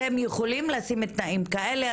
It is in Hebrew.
אתם יכולים לשים תנאים כאלה,